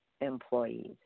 employees